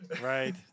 Right